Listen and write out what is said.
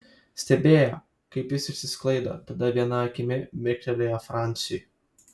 stebėjo kaip jis išsisklaido tada viena akimi mirktelėjo franciui